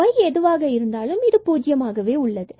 y எதுவாக இருந்தாலும் இது பூஜ்யம் ஆகும்